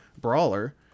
brawler